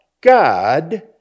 God